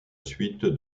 suite